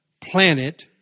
planet